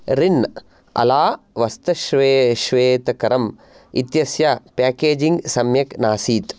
रिन् अला वस्त्रश्वेतकरम् इत्यस्य पाकेजिङ्ग् सम्यक् नासीत्